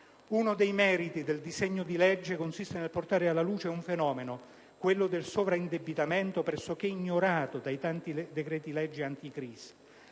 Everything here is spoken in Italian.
Uno dei meriti del disegno di legge in esame consiste nel portare alla luce un fenomeno, quello del sovraindebitamento, pressoché ignorato dai tanti decreti‑legge anticrisi.